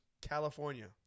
California